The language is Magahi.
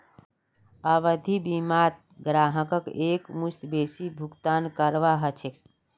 आवधिक बीमात ग्राहकक एकमुश्त बेसी भुगतान करवा ह छेक